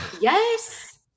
yes